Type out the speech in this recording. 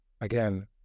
again